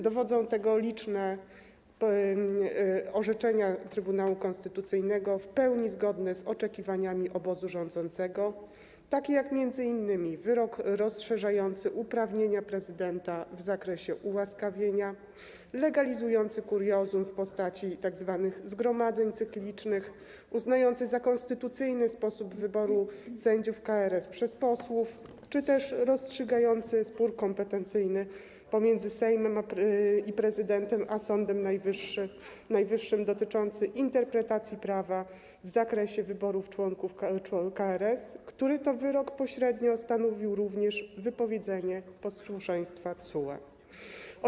Dowodzą tego liczne orzeczenia Trybunału Konstytucyjnego w pełni zgodne z oczekiwaniami obozu rządzącego, takie jak m.in. wyrok rozszerzający uprawnienia prezydenta w zakresie ułaskawienia, legalizujący kuriozum w postaci tzw. zgromadzeń cyklicznych, uznający za konstytucyjny sposób wyboru sędziów KRS przez posłów czy też rozstrzygający spór kompetencyjny pomiędzy Sejmem i prezydentem a Sądem Najwyższym dotyczący interpretacji prawa w zakresie wyborów członków KRS, który to wyrok pośrednio stanowił wypowiedzenie posłuszeństwa TSUE.